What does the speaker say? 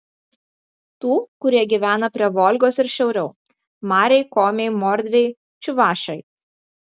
tų kurie gyvena prie volgos ir šiauriau mariai komiai mordviai čiuvašai